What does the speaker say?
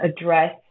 address